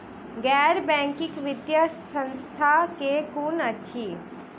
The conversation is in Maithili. गैर बैंकिंग वित्तीय संस्था केँ कुन अछि?